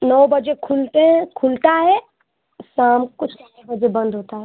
नौ बजे खुलते हैं खुलता है शाम को चार बजे बंद होता है